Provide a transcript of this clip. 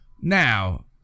Now